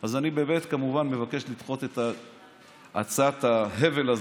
אז אני באמת כמובן מבקש לדחות את הצעת ההבל הזו,